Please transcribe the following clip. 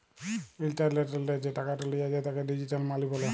ইলটারলেটলে যে টাকাট লিয়া যায় তাকে ডিজিটাল মালি ব্যলে